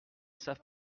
savent